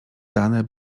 dane